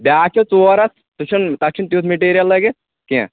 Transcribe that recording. بیاکھ چھ ژور ہَتھ سُہ چھُ نہٕ تَتھ چھُ نھٕ تیُتھ میٹیٖریل لٲگِتھ کیٚنٛہہ